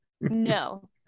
No